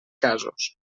casos